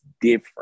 different